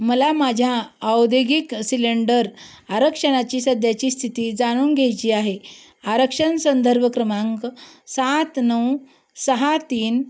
मला माझ्या औदेगिक सिलेंडर आरक्षणाची सध्याची स्थिती जाणून घ्यायची आहे आरक्षण संदर्भ क्रमांक सात नऊ सहा तीन